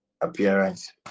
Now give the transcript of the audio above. appearance